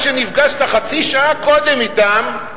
שנפגשת חצי שעה קודם אתם,